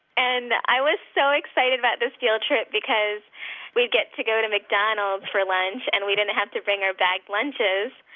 and i was so excited about this field trip because we'd get to go to mcdonald's for lunch and we didn't have to bring our bag lunches.